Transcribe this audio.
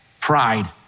pride